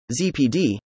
ZPD